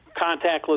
contactless